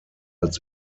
als